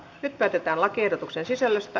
nyt päätetään lakiehdotuksen sisällöstä